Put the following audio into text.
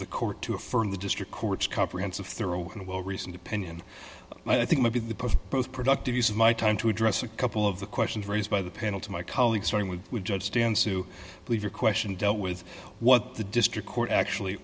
the court to affirm the district court's comprehensive thorough and well reasoned opinion i think maybe the most productive use of my time to address a couple of the questions raised by the panel to my colleagues starting with judge stands to leave your question dealt with what the district court actually